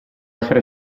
essere